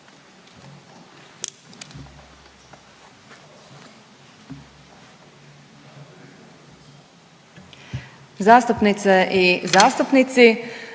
zastupnice i zastupnici